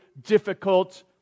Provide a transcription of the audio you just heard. difficult